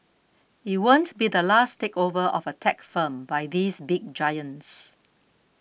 it won't be the last takeover of a tech firm by these big giants